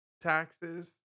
taxes